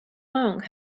long